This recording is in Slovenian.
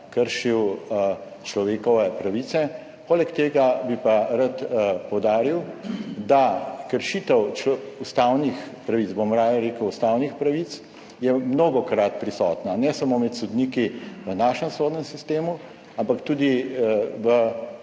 kršil človekove pravice. Poleg tega bi pa rad poudaril, da je kršitev ustavnih pravic – bom raje rekel ustavnih pravic – mnogokrat prisotna ne samo med sodniki v našem sodnem sistemu, ampak tudi v